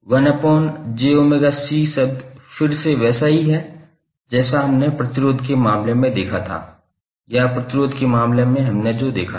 1𝑗𝜔𝐶 शब्द फिर से वैसा ही है जैसा हमने प्रतिरोध के मामले में देखा था या प्रतिरोध के मामले में हमने जो देखा था